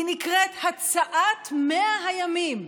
היא נקראת "הצעת 100 הימים".